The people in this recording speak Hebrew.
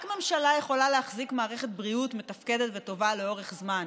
רק ממשלה יכולה להחזיק מערכת בריאות מתפקדת וטובה לאורך זמן,